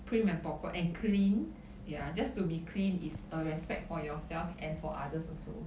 prim and proper and clean ya just to be clean is a respect for yourself and for others also